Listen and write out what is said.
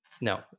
no